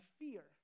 fear